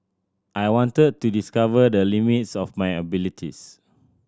I wanted to discover the limits of my abilities